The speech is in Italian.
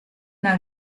una